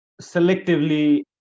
selectively